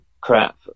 crap